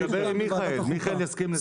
תדבר עם מיכאל, מיכאל יסכים לזה.